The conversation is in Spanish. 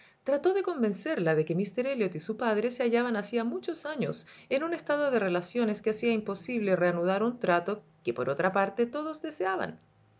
trató de convencerla de que mr elliot y su padre se hallaban hacía muchos años en un estado de relaciones que hacía imposible reanudar un trato que por otra parte todos deseaban